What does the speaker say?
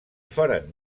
foren